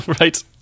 Right